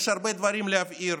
יש הרבה דברים להבהיר.